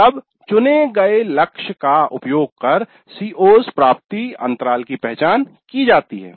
तब चुने गए लक्ष्य का उपयोग कर "CO's प्राप्ति" अंतराल की पहचान की जाती है